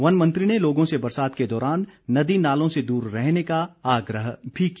one मंत्री ने लोगों से बरसात के दौरान नदी नालों से दूर रहने का आग्रह भी किया